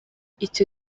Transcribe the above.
icyo